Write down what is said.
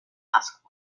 ask